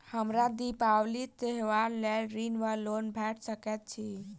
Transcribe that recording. हमरा दिपावली त्योहारक लेल ऋण वा लोन भेट सकैत अछि?